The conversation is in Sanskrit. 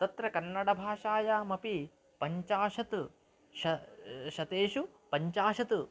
तत्र कन्नडभाषायामपि पञ्चाशत् श शतेषु पञ्चाशत्